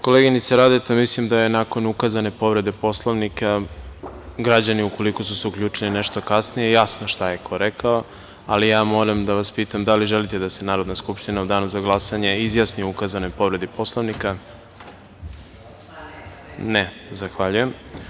Koleginice Radeta, mislim da je nakon ukazane povrede Poslovnika, građanima, ukoliko su se uključili nešto kasnije, jasno šta je ko rekao, ali ja moram da vas pitam da li želite da se Narodna skupština u danu za glasanje izjasni o ukazanoj povredi Poslovnika? (Ne) Zahvaljujem.